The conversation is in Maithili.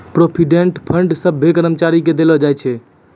प्रोविडेंट फंड सभ्भे कर्मचारी के देलो जाय छै